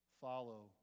Follow